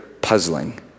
puzzling